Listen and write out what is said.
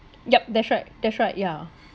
yup that's right that's right yeah